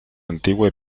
antigua